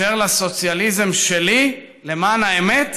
"אשר לסוציאליזם שלי, למען האמת